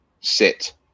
sit